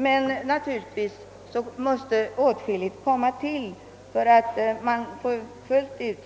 Men naturligtvis måste åtskilligt tillkomma i fråga om vidareutbildning för att man